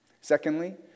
Secondly